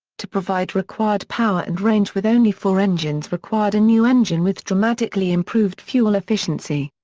to provide required power and range with only four engines required a new engine with dramatically improved fuel efficiency.